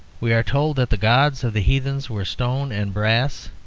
we are told that the gods of the heathen were stone and brass,